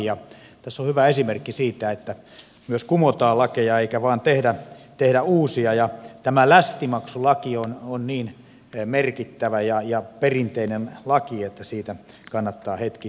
tässä on hyvä esimerkki siitä että myös kumotaan lakeja eikä vain tehdä uusia ja tämä lästimaksulaki on niin merkittävä ja perinteinen laki että siitä kannattaa hetki puhuakin